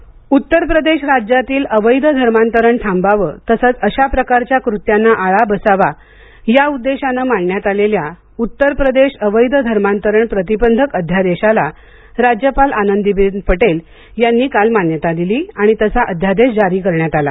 अवैध धर्मांतरण उत्तर प्रदेश राज्यातील अवैध धर्मांतरण थांबावं तसंच अशा प्रकारच्या कृत्यांना आळा बसावा या उद्देशाने मांडण्यात आलेल्या उत्तर प्रदेश अवैध धर्मांतरण प्रतिबंधक अध्यादेशाला राज्यपाल आनंदीबेन पटेल यांनी काल मान्यता दिली आणि तसा अध्यादेश जारी करण्यात आला